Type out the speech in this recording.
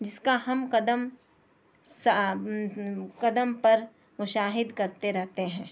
جس کا ہم قدم سا قدم پر مشاہد کرتے رہتے ہیں